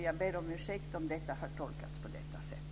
Jag ber om ursäkt om det har tolkats på det sättet.